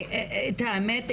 את האמת,